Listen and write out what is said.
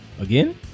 Again